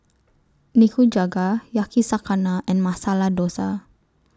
Nikujaga Yakizakana and Masala Dosa